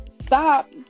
stop